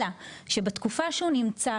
אלא שבתקופה שהוא נמצא,